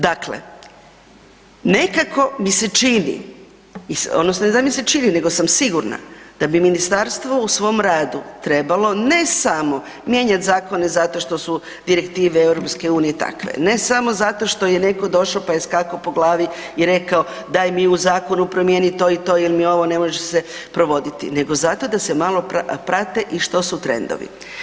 Dakle, nekako mi se čini odnosno ne da mi se čini nego sam sigurna da bi ministarstvo u svom radu trebalo ne samo mijenjati zakone zato što su direktive EU-a takve, ne samo zato što je neko došao pa je skakao po glavi i rekao daj mi u zakonu promijeni to i to jer mi ovo ne može se provoditi nego zato da se malo prate i što su trendovi.